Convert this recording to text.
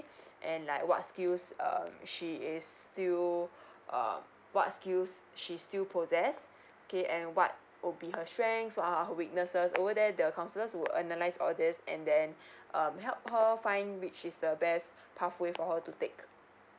and like what skills um she is still uh what skills she still possess okay and what would be her strength or her weaknesses over there the counselor will analyze all this and then um help her find which is the best pathway for her to take